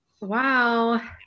Wow